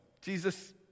Jesus